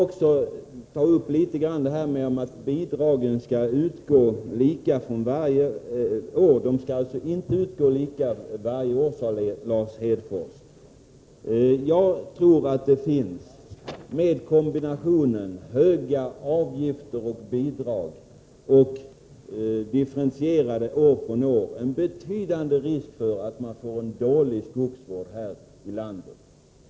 Lars Hedfors sade att bidragen inte skall utgå lika för varje år. Jag tror emellertid att det, om man väljer kombinationen höga avgifter och bidrag samt differentiering år från år, finns en betydande risk för att det blir en dålig skogsvård här i landet.